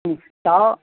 তাও